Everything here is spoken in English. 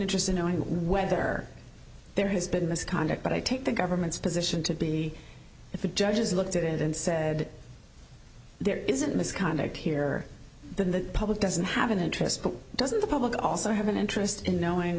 interest in knowing whether there has been misconduct but i take the government's position to be if the judges looked at it and said there isn't misconduct here the public doesn't have an interest but doesn't the public also have an interest in knowing